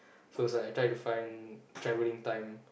so it's like I try to find traveling time